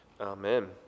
Amen